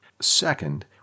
Second